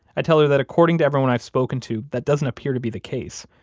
i tell her that according to everyone i've spoken to, that doesn't appear to be the case